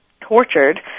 tortured